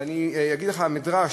ואני אגיד לך את המדרש,